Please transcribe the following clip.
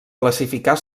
classificar